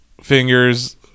fingers